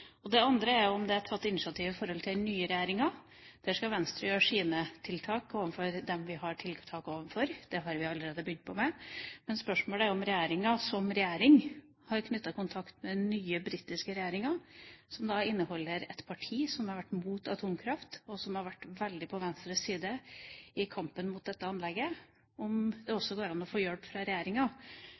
Det andre er om det er tatt initiativ i forhold til den nye regjeringa. Der skal Venstre ta sine initiativ overfor dem vi har tiltak overfor – det har vi allerede begynt med – men spørsmålet er om regjeringa som regjering har knyttet kontakt med den nye britiske regjeringa, der det er et parti som har vært mot atomkraft, og som har vært veldig på Venstres side i kampen mot dette anlegget. Jeg lurer på om det også går an å få hjelp fra regjeringa